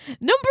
Number